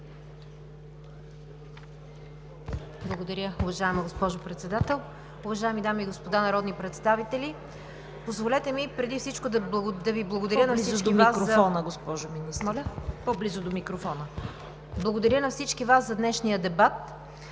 Благодаря, уважаема госпожо Председател. Уважаеми дами и господа народни представители! Позволете ми преди всичко да Ви благодаря на всички Вас за днешния дебат